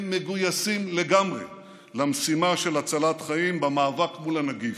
הם מגויסים לגמרי למשימה של הצלת חיים במאבק מול הנגיף,